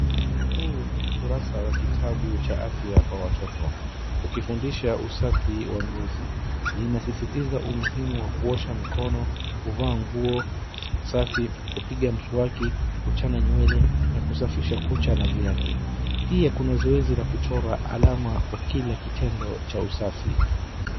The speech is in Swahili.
Huu ni ukurasa wa kitabu cha afya kwa watoto. Ukifundisha usafi wa ngozi. Linasisitiza umuhimu wa kuosha mikono, kuvaa nguo safi, kupiga mswaki, kuchana nywele na kusafisha kucha na viatu. Pia kuna zoezi la kuchora alama kwa kila kitendo cha usafi.